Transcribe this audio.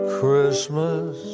Christmas